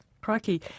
Crikey